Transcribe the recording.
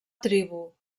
tribu